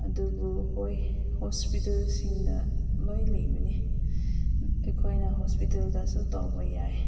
ꯑꯗꯨꯕꯨ ꯍꯣꯏ ꯍꯣꯁꯄꯤꯇꯥꯜꯁꯤꯡꯅ ꯂꯣꯏ ꯂꯩꯕꯅꯤ ꯑꯩꯈꯣꯏꯅ ꯍꯣꯁꯄꯤꯇꯥꯜꯗꯁꯨ ꯇꯧꯕ ꯌꯥꯏ